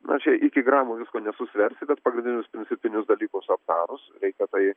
na čia iki gramų visko nesusversi bet pagrindinius principinius dalykus aptarus reikia tai